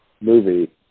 movie